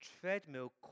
treadmill